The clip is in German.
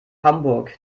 hamburg